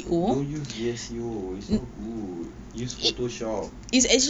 don't use V S C O it's not good use photoshop